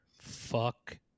Fuck